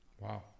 Wow